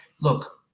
Look